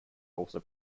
also